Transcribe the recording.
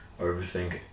Overthink